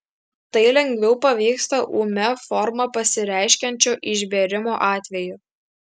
tai lengviau pavyksta ūmia forma pasireiškiančio išbėrimo atveju